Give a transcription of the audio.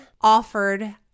offered